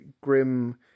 grim